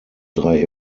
drei